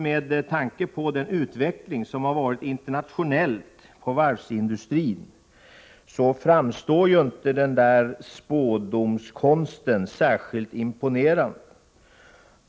Med tanke på den utveckling som har förekommit internationellt inom varvsindustrin framstår inte den spådomskonsten som särskilt imponerande.